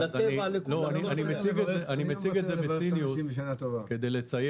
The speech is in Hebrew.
גם על פי קצב התמותה, גם על פי